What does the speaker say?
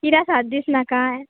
कित्याक सात दीस नाका